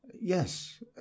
yes